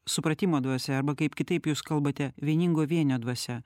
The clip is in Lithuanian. supratimo dvasia arba kaip kitaip jūs kalbate vieningo vienio dvasia